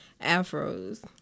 Afros